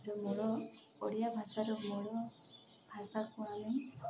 ମୂଳ ଓଡ଼ିଆ ଭାଷାର ମୂଳ ଭାଷାକୁ ଆମେ